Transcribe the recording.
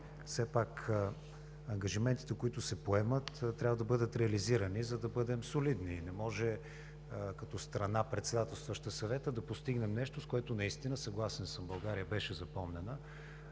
все пак ангажиментите, които се поемат, трябва да бъдат реализирани, за да бъдем солидни. Не може като страна, председателстваща Съвета, да постигнем нещо, с което наистина – съгласен съм, България беше запомнена.